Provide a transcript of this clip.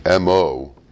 MO